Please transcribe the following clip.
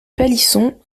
palisson